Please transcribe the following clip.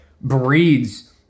breeds